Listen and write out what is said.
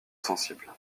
sensibles